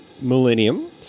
Millennium